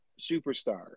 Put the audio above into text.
superstar